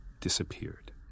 disappeared